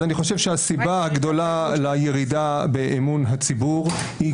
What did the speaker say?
אני חושב שהסיבה הגדולה לירידה באמון הציבור בבית המשפט